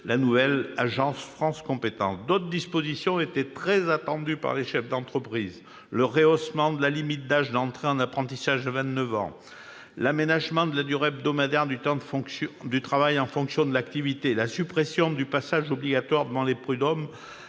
la nouvelle agence France compétences. D'autres dispositions étaient très attendues des chefs d'entreprise : le rehaussement de la limite d'âge d'entrée en apprentissage à 29 ans, l'aménagement de la durée hebdomadaire du temps de travail en fonction de l'activité, la suppression du passage obligatoire devant les prud'hommes